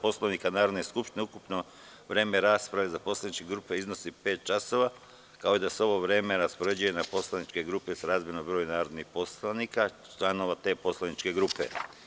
Poslovnika Narodne skupštine, ukupno vreme rasprave za poslaničke grupe iznosi pet časova, kao i da se ovo vreme raspoređuje na poslaničke grupe srazmerno broju narodnih poslanika članova poslaničke grupe.